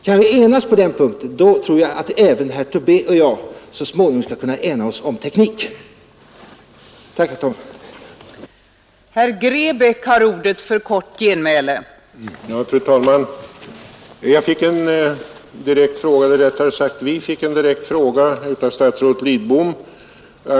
Kan vi enas på den punkten, då tror jag att även herr Tobé och jag så småningom skall kunna ena oss om tekniken. Tack, fru talman!